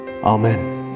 Amen